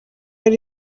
ari